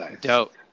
Dope